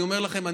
אני אומר לכם,